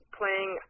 playing